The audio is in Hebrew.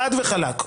חד וחלק.